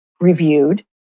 reviewed